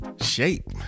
shape